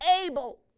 able